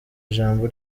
ijambo